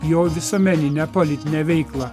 jo visuomeninę politinę veiklą